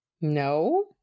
No